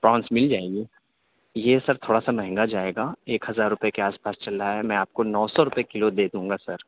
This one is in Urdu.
پرانس مِل جائیں گی یہ سر تھوڑا سا مہنگا جائے گا ایک ہزار روپیے کے آس پاس چل رہا ہے میں آپ کو نو سو روپیے کلو دے دوں گا سر